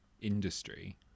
industry